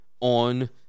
on